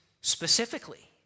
specifically